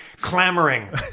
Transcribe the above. clamoring